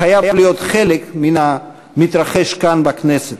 חייב להיות חלק מן המתרחש כאן בכנסת,